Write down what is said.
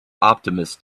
optimist